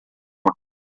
uma